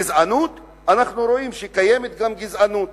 גזענות, אנחנו רואים שקיימת גם גזענות.